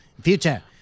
Future